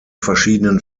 verschiedenen